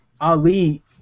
Ali